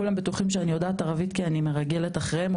כולם בטוחים שאני יודעת ערבית כי אני מרגלת אחריהם,